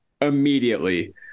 immediately